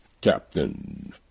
Captain